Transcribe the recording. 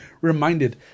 reminded